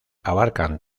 abarcan